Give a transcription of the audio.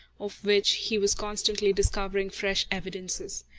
of which he was constantly discovering fresh evidences.